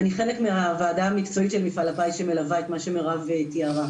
אני חלק מהוועדה המקצועית של מפעל הפיס שמלווה את מה שמירב תיארה,